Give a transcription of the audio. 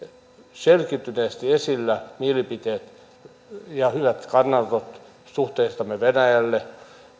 selkiytyneesti esillä mielipiteet ja hyvät kannanotot suhteistamme venäjälle